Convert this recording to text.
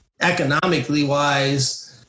economically-wise